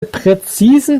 präzisen